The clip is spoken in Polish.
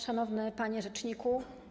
Szanowny Panie Rzeczniku!